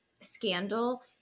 scandal